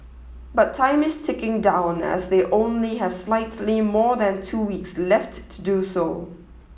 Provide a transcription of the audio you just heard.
but time is ticking down as they only have slightly more than two weeks left to do so